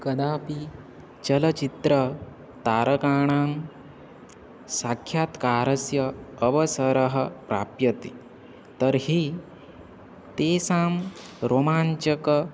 कदापि चलचित्र तारकाणां साक्षात्कारस्य अवसरः प्राप्यते तर्हि तेषां रोमाञ्चकं